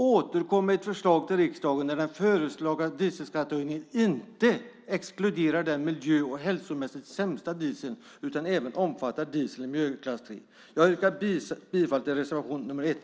Återkom med ett förslag till riksdagen där den föreslagna dieselskattehöjningen inte exkluderar den miljö och hälsomässigt sämsta dieseln utan även omfattar diesel miljöklass 3. Jag yrkar bifall till reservation nr 1.